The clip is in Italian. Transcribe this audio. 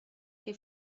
che